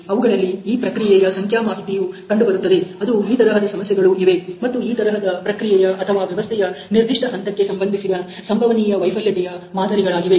ಅವುಗಳಲ್ಲಿ ಈ ಪ್ರಕ್ರಿಯೆಯ ಸಂಖ್ಯಾ ಮಾಹಿತಿಯು ಕಂಡುಬರುತ್ತದೆ ಅದು ಈ ತರಹದ ಸಮಸ್ಯೆಗಳು ಇವೆ ಮತ್ತು ಈ ತರಹದ ಪ್ರಕ್ರಿಯೆಯ ಅಥವಾ ವ್ಯವಸ್ಥೆಯ ನಿರ್ದಿಷ್ಟ ಹಂತಕ್ಕೆ ಸಂಬಂಧಿಸಿದ ಸಂಭವನೀಯ ವೈಫಲ್ಯತೆಯ ಮಾದರಿಗಳಾಗಿವೆ